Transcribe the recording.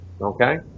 okay